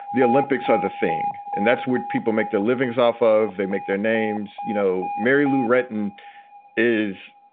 the olympics are the thing. and that's where people make their livings off of. they make their names. you know, mary lou retton is,